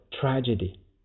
tragedy